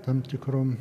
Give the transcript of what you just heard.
tam tikrom